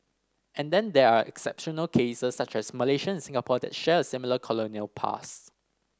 and then there are exceptional cases such as Malaysian and Singapore that share a similar colonial past